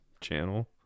channel